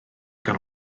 gan